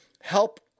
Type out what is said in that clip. help